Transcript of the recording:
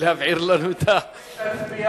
להבעיר לנו את הדיון.